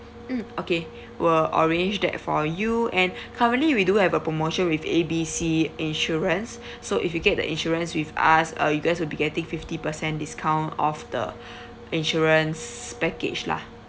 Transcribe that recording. mm okay we'll arrange that for you and currently we do have a promotion with A B C insurance so if you get the insurance with us uh you guys would be getting fifty per cent discount off the insurance package lah